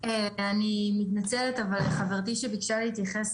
אני מתנצלת אבל חברתי שביקשה להתייחס